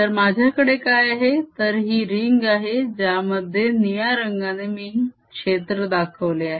तर माझ्याकडे काय आहे तर ही रिंग आहे ज्यामध्ये निळ्या रंगाने मी क्षेत्र दाखवले आहे